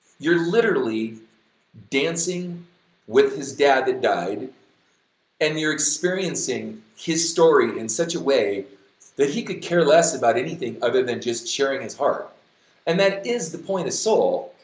you're literally dancing with his dad that died and you're experiencing his story in such a way that he could care less about anything other than just sharing his heart and that is the point of soul.